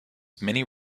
many